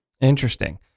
Interesting